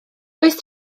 oes